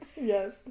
Yes